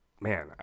Man